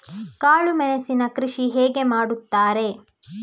ಕಾಳು ಮೆಣಸಿನ ಕೃಷಿ ಹೇಗೆ ಮಾಡುತ್ತಾರೆ?